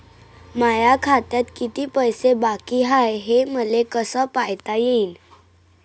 माया खात्यात किती पैसे बाकी हाय, हे मले कस पायता येईन?